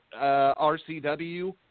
RCW